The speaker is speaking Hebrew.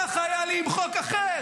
ככה היה לי עם חוק אחר,